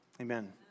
Amen